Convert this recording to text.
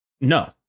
No